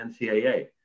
NCAA